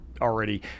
already